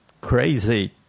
crazy